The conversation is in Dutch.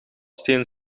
steen